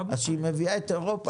אז כשהיא מביאה את אירופה,